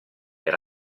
era